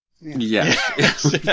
Yes